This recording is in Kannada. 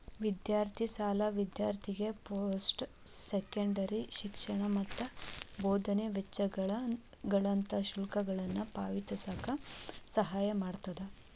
ವಿದ್ಯಾರ್ಥಿ ಸಾಲ ವಿದ್ಯಾರ್ಥಿಗೆ ಪೋಸ್ಟ್ ಸೆಕೆಂಡರಿ ಶಿಕ್ಷಣ ಮತ್ತ ಬೋಧನೆ ವೆಚ್ಚಗಳಂತ ಶುಲ್ಕಗಳನ್ನ ಪಾವತಿಸಕ ಸಹಾಯ ಮಾಡ್ತದ